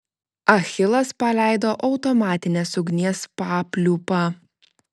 achilas paleido automatinės ugnies papliūpą